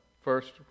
first